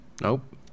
Nope